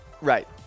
Right